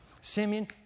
Simeon